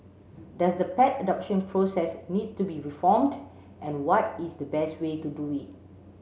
does the pet adoption process need to be reformed and what is the best way to do it